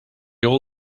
all